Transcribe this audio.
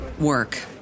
work